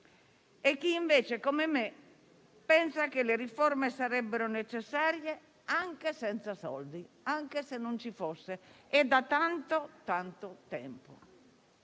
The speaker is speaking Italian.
e chi, invece, come me, pensa che le riforme sarebbero necessarie anche senza soldi, anche se non ci fossero, e da tanto, tanto tempo.